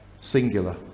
singular